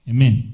Amen